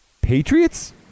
Patriots